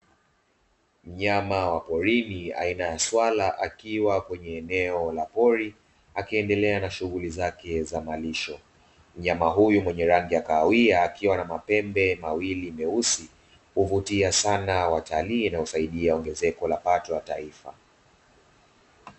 Mnyama wa porini aina ya swala akiwa kwenye eneo la pori, akiendelea na shughuli zake za malisho. Mnyama huyu mwenye rangi ya kahawia akiwa na mapembe mawili meusi, huvutia sana watalii inayosaidia ongezeko wa pato la taifa.